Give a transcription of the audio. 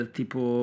tipo